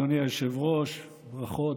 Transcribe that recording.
אדוני היושב-ראש, ברכות.